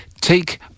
take